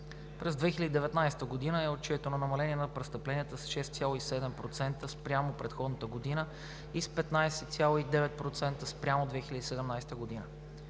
През 2019 г. е отчетено намаление на престъпленията с 6,7% спрямо предходната година и с 15,9% спрямо 2017 г.